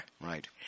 Right